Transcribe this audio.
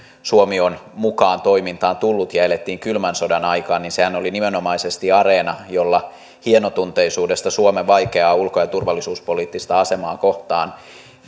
suomi on mukaan toimintaan tullut ja elettiin kylmän sodan aikaa oli nimenomaisesti areena jolla hienotunteisuudesta suomen vaikeaa ulko ja turvallisuuspoliittista asemaa kohtaan